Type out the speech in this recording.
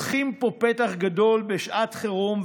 פותחים פה פתח גדול בשעת חירום,